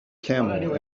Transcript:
camel